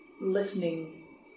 listening